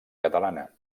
catalana